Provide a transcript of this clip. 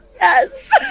Yes